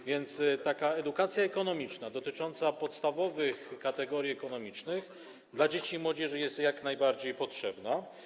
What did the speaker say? A więc taka edukacja ekonomiczna, dotycząca podstawowych kategorii ekonomicznych, dla dzieci i młodzieży jest jak najbardziej potrzebna.